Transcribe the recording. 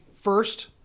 first